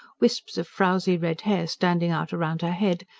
wisps of frowsy red hair standing out round her head,